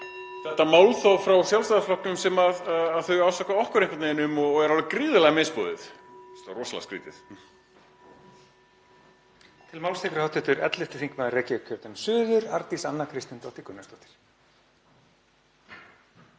þetta málþóf frá Sjálfstæðisflokknum sem þau ásaka okkur einhvern veginn um og er alveg gríðarlega misboðið. Mér finnst það rosalega skrýtið.